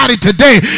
Today